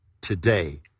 today